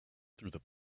through